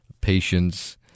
patience